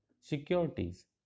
securities